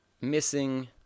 missing